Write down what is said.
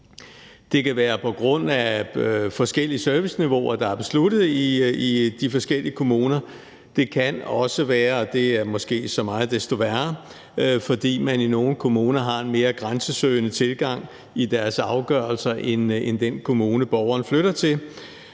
Det kan være på grund af forskellige serviceniveauer, der er besluttet i de forskellige kommuner. Det kan også være, og det er måske så meget desto værre, fordi man i nogle kommuner har en mere grænsesøgende tilgang i sine afgørelser end i den kommune, borgeren flytter til.